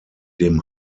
dem